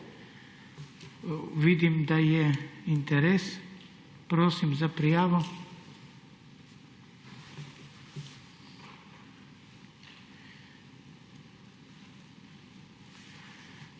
Vidim, da je interes. Prosim za prijave.